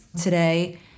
today